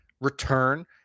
return